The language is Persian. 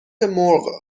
مرغ